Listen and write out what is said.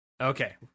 Okay